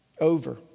over